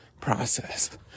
process